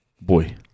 Boy